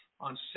On